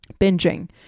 binging